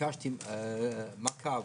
ביקשתי מעקב.